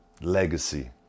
legacy